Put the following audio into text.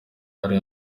hari